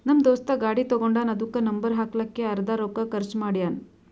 ನಮ್ ದೋಸ್ತ ಗಾಡಿ ತಗೊಂಡಾನ್ ಅದುಕ್ಕ ನಂಬರ್ ಹಾಕ್ಲಕ್ಕೆ ಅರ್ದಾ ರೊಕ್ಕಾ ಖರ್ಚ್ ಮಾಡ್ಯಾನ್